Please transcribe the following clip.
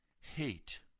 Hate